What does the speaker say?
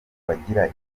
bagira